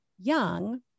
young